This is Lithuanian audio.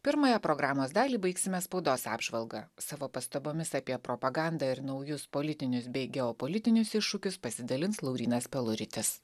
pirmąją programos dalį baigsime spaudos apžvalga savo pastabomis apie propagandą ir naujus politinius bei geopolitinius iššūkius pasidalins laurynas peluritis